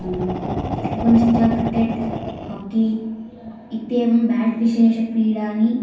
पुनश्च cricket hockey इत्येवं bat विशेषक्रीडानि